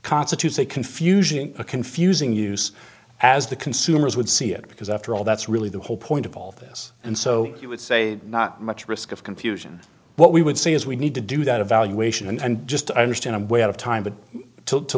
constitutes a confusion a confusing use as the consumers would see it because after all that's really the whole point of all this and so you would say not much risk of confusion what we would say is we need to do that evaluation and just to understand a way out of time but to to